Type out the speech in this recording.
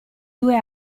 due